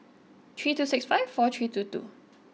three two six five four three two two